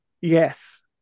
yes